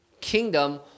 kingdom